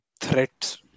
threats